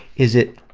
is it,